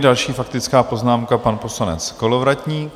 Další faktická poznámka pana poslance Kolovratníka.